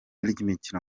ry’imikino